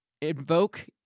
invoke